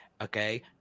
okay